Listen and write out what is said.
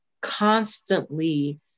constantly